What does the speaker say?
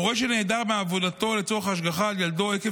4. הורה שנעדר מעבודתו לצורך השגחה על ילדו עקב